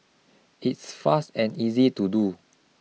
it's fast and easy to do